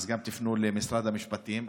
אז תפנו גם למשרד המשפטים.